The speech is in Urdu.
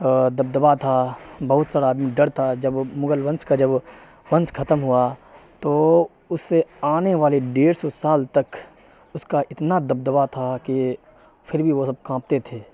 دبدبا تھا بہت سارا آدمی ڈر تھا جب وہ مغل ونش کا جب وہ ونش ختم ہوا تو اس سے آنے والے ڈیڑھ سو سال تک اس کا اتنا دبدبا تھا کہ پھر بھی وہ سب کانپتے تھے